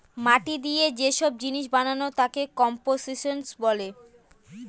মাটি দিয়ে যে সব জিনিস বানানো তাকে কম্পোসিশন বলে